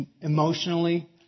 emotionally